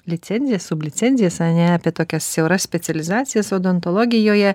licencijas sublicencijas ane apie tokias siauras specializacijas odontologijoje